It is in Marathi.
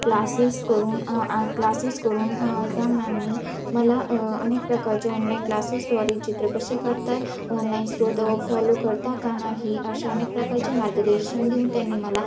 क्लासेस करून क्लासेस करून त्या मॅमनी मला अनेक प्रकारचे ऑनलाईन क्लासेसद्वारे चित्र कसे करतात ऑनलाईन स्रोत फॉलो करता का नाही असे अनेक प्रकारचे मार्गदर्शन देऊन त्यांनी मला